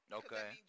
okay